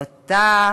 אותה